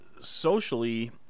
socially